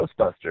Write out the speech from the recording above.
Ghostbusters